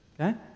Okay